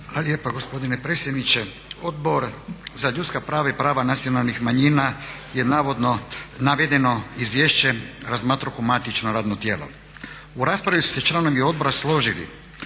lijepa gospodine predsjedniče. Odbor za ljudska prava i prava nacionalnih manjina je navedeno izvješće razmatrao kao matično radno tijelo. U raspravi su se članovi odbora složili